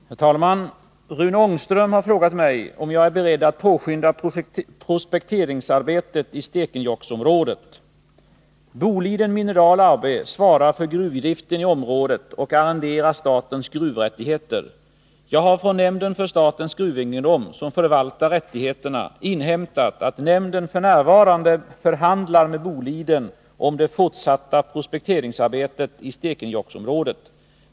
Herr talman! Rune Ångström har frågat mig om jag är beredd att påskynda prospekteringsarbetet i Stekenjokkområdet. Boliden Mineral AB svarar för gruvdriften i området och arrenderar statens gruvrättigheter. Jag har från nämnden för statens gruvegendom, som förvaltar rättigheterna, inhämtat att nämnden f. n. förhandlar med Boliden om det fortsatta prospekteringsarbetet i Stekenjokkområdet.